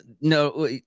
no